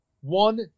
one